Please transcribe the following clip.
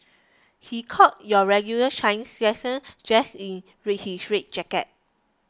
he caught your regular Chinese lesson dressed in his red jacket